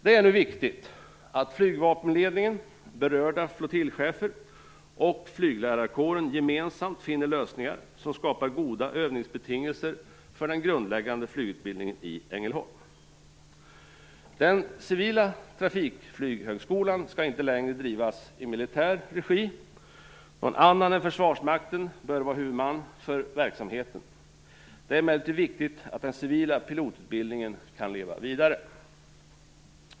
Det är nu viktigt att flygvapenledningen, berörda flottiljchefer och flyglärarkåren gemensamt finner lösningar som skapar goda övningsbetingelser för den grundläggande flygutbildningen i Ängelholm. Den civila trafikflyghögskolan skall inte längre drivas i militär regi. Någon annan än Försvarsmakten bör vara huvudman för verksamheten. Det är emellertid viktigt att den civila pilotutbildningen kan leva vidare.